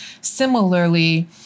Similarly